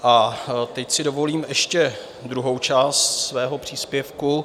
A teď si dovolím ještě druhou část svého příspěvku...